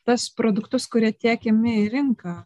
tuos produktus kurie tiekiami į rinką